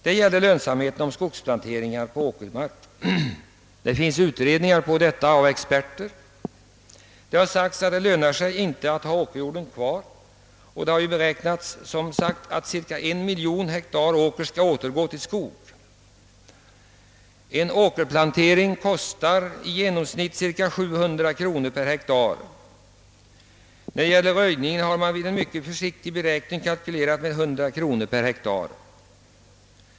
Det finns expertutredningar om lönsamheten av skogsplanteringar på åkermark, Det har sagts att det inte lönar sig att ha åkerjorden kvar. Ca en miljon hektar åker har beräknats skola återgå till skog. En åkerplantering kostar i genomsnitt 700 kronor per hektar. Röjningen kostar enligt en mycket försiktig kalkyl 100 kronor per hektar.